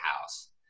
house